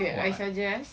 okay I suggest